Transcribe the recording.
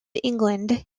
england